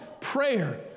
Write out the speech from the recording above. prayer